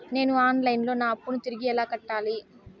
నేను online లో నా అప్పును తిరిగి ఎలా కట్టాలి?